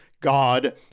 God